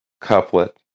Couplet